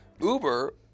Uber